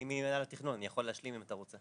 אני ממנהל התכנון, אני יכול להשלים אם אתה רוצה.